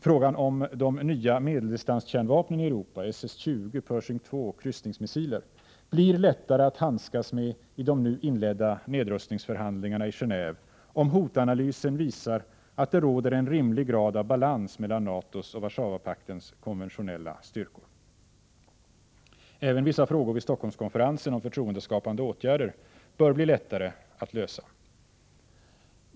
Frågan om de nya medeldistanskärnvapnen i Europa blir lättare att handskas med i de nu inledda nedrustningsförhandlingarna i Genåve om hotanalysen visar att det råder en rimlig grad av balans mellan NATO:s och WP:s konventionella styrkor. Även vissa frågor vid Stockholmskonferensen om förtroendeskapande åtgärder bör bli lättare att lösa.